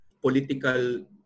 political